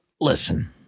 listen –